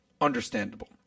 understandable